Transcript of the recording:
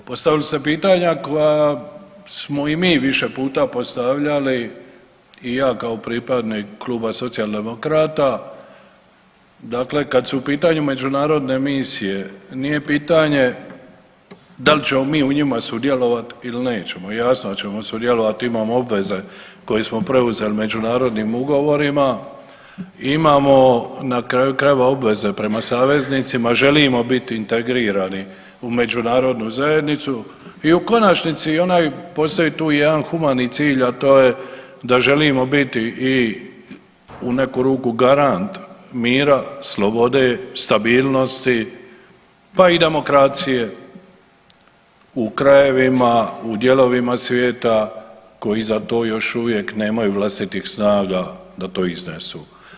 Postavili ste pitanja koja smo i mi više puta postavljali i ja kao pripadnik Kluba socijaldemokrata, dakle kad su u pitanju međunarodne misije, nije pitanje da li ćemo mi u njima sudjelovati ili nećemo, jasno da ćemo sudjelovati, imamo obveze koje smo preuzeli međunarodnim ugovorima, imamo na kraju krajeva, obveze prema saveznicima, želimo biti integrirani u međunarodnu zajednicu i u konačnici, onaj, postoji tu jedan humani cilj, a to je da želimo biti i u neku ruku garant mira, slobode, stabilnosti, pa i demokracije u krajevima, u dijelovima svijeta koji za to još uvijek nemaju vlastitih snaga da to iznesu.